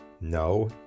no